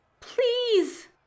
Please